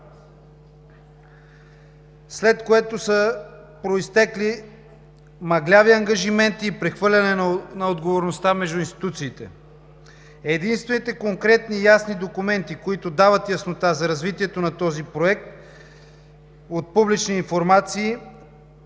след което са произтекли мъгляви ангажименти и прехвърляне на отговорността между институциите. Единствените конкретни и ясни документи, които дават яснота за развитието на този проект от публични информации